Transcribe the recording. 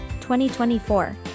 2024